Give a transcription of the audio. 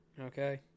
Okay